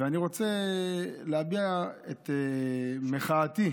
ואני רוצה להביע את מחאתי.